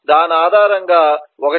దాని ఆధారంగా 1